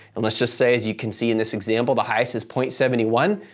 and let's just say, as you can see in this example, the highest is point seven one,